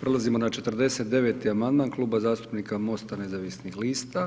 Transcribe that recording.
Prelazimo na 49. amandman Kluba zastupnika MOST-a nezavisnih lista,